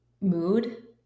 mood